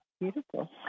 Beautiful